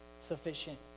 sufficient